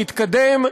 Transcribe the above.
מתקדם,